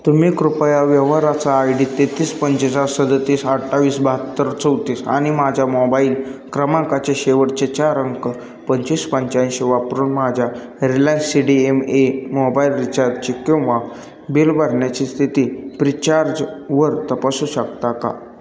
तुम्ही कृपया व्यवहाराचा आय डी तेहतीस पंचेसा सदतीस अठ्ठावीस बहात्तर चौतीस आणि माझ्या मोबाईल क्रमांकाचे शेवटचे चार अंक पंचवीस पंच्याऐंशी वापरून माझ्या Reliance C D M A mobile रिचार्जची किंवा बिल भरण्याची स्थिती प्रीचार्जवर तपासू शकता का